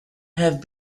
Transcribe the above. have